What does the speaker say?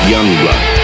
Youngblood